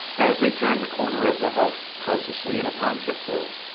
as they turned the corner of the hut, cautiously and upon tiptoe,